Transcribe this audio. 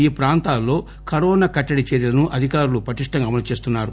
ఈ ప్రాంతాలలో కరోనా కట్టడి చర్యలను అధికారులు పటిష్టంగా అమలు చేస్తున్నారు